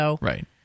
Right